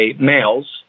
males